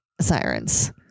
sirens